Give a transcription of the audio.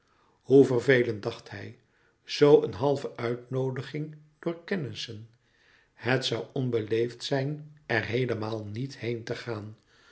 hoe vervelend dacht hij zoo een halve uitnoodiging louis couperus metamorfoze door kennissen het zoû onbeleefd zijn er heelemaal niet heen te gaan